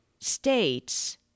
states